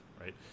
right